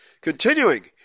Continuing